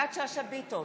יפעת שאשא ביטון,